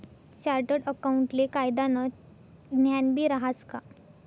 chartered अकाऊंटले कायदानं ज्ञानबी रहास का